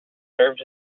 served